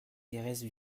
thérèse